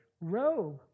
robe